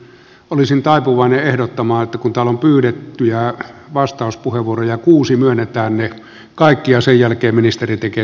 olisin taipuvainen ehdottamaan kun täällä on pyydettyjä vastauspuheenvuoroja kuusi että myönnetään ne kaikki ja sen jälkeen ministeri tekee sitten loppuyhteenvedon